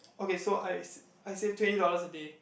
okay so I I save twenty dollars a day